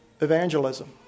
evangelism